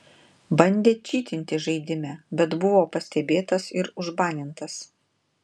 bandė čytinti žaidime bet buvo pastebėtas ir užbanintas